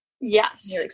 Yes